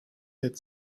had